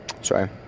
sorry